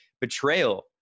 betrayal